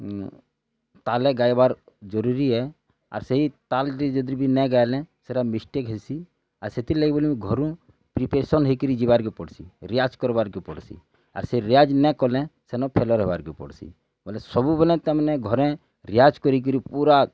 ତାହାଲେ ଗାଇବାର୍ ଜରୁରୀ ହେ ଆର୍ ସେଇ ତାଲ୍ ରେ ବି ଯଦି ନାଇ ଗାଇଲେ ସେଟା ମିଷ୍ଟେକ୍ ହେସି ଆର୍ ସେଥିର୍ଲାଗି ବୋଲି ଘରୁ ପ୍ରିପେରେସନ୍ ହେଇକିର ଯିବାର୍ କେ ପଡ଼ସି୍ ରିଆଜ୍ କର୍ବାକେ ପଡ଼ୁସି୍ ଆର୍ ସେ ରିଆଜ୍ ନାଇକଲେ ସେନ ଫେଲୁଅର୍ ହେବାକେ ପଡ଼ୁସି ବୋଲେ ସବୁବେଲେ ତାମାନେ ଘରେ ରିଆଜ୍ କରି କରି ପୂରା